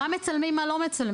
מה מצלמים מה לא מצלמים.